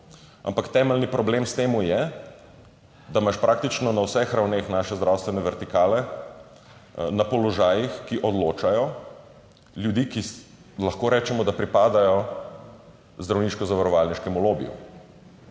ampak temeljni problem s tem je, da imaš praktično na vseh ravneh naše zdravstvene vertikale na položajih, ki odločajo, ljudi, ki lahko rečemo, da pripadajo zdravniško zavarovalniškemu lobiju.